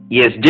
yes